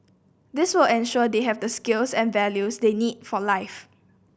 this will ensure they have the skills and values they need for life